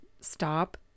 stop